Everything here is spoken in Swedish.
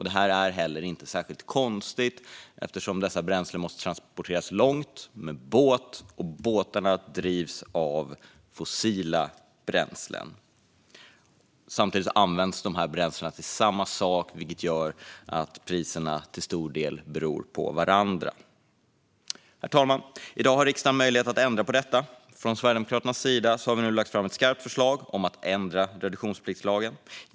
Det är inte särskilt konstigt eftersom dessa bränslen måste transporteras långt med båt, och båtarna drivs med fossila bränslen. Samtidigt används dessa bränslen till samma saker, vilket gör att priserna till stor del är beroende av varandra. Herr talman! I dag har riksdagen möjlighet att ändra på detta. Från Sverigedemokraternas sida har vi nu lagt fram ett skarpt förslag om att ändra reduktionspliktslagen.